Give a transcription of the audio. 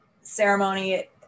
ceremony